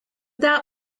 that